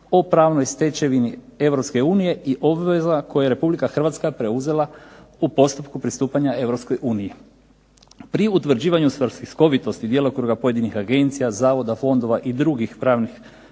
o pravnoj stečevini Europske unije i obveza koje je Republika Hrvatska preuzela u postupku pristupanja Europskoj uniji. Pri utvrđivanju svrsishovitosti djelokruga pojedinih agencija, zavoda, fondova i drugih pravnih